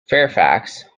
fairfax